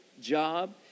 job